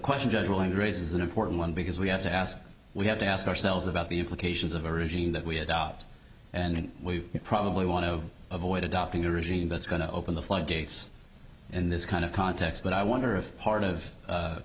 question general and raises an important one because we have to ask we have to ask ourselves about the implications of a regime that we adopt and we probably want to avoid adopting a regime that's going to open the floodgates in this kind of context but i wonder if part of